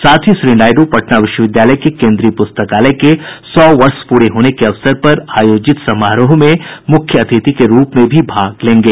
साथ ही श्री नायडू पटना विश्वविद्यालय के कोन्द्रीय पुस्तकालय के सौ वर्ष पूरे होने के अवसर पर आयोजित समारोह में मुख्य अतिथि के रूप में भी भाग लेंगे